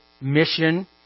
mission